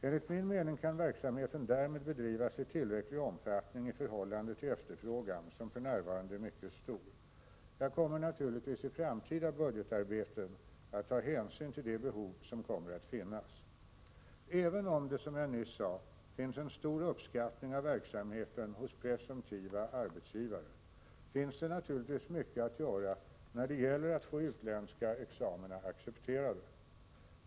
Enligt min mening kan verksamheten därmed bedrivas i tillräcklig omfattning i förhållande till efterfrågan, som för närvarande är mycket stor. Jag kommer naturligtvis i framtida budgetarbeten att ta hänsyn till det behov som kommer att finnas. Även om det, som jag nyss sade, finns en stor uppskattning av verksamheten hos presumtiva arbetsgivare, finns det naturligtvis mycket att göra när det gäller att få utländska examina accepterade.